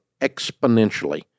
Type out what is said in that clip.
exponentially